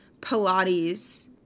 Pilates